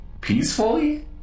peacefully